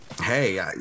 hey